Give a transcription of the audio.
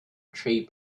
tree